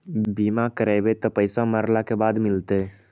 बिमा करैबैय त पैसा मरला के बाद मिलता?